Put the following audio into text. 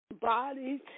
bodies